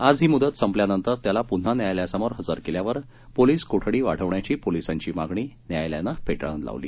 आज ही मुदत संपल्यानंतर त्याला पुन्हा न्यायालयासमोर हजर केल्यावर पोलीस कोठडी वाढवण्याची पोलिसांची मागणी न्यायालयान फेटाळली